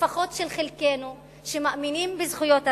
לפחות של חלקנו שמאמינים בזכויות האדם,